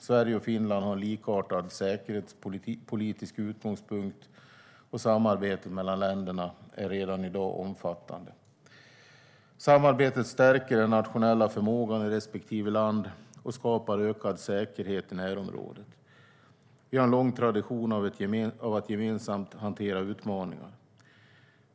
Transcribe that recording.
Sverige och Finland har en likartad säkerhetspolitisk utgångspunkt, och samarbetet mellan länderna är redan i dag omfattande. Samarbetet stärker den nationella förmågan i respektive land och skapar ökad säkerhet i närområdet. Vi har en lång tradition av att gemensamt hantera utmaningar.